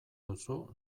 duzu